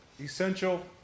essential